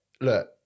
look